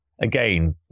Again